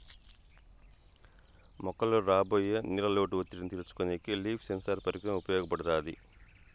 మొక్కలలో రాబోయే నీళ్ళ లోటు ఒత్తిడిని తెలుసుకొనేకి లీఫ్ సెన్సార్ పరికరం ఉపయోగపడుతాది